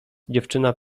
dziewczyna